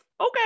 okay